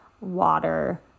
water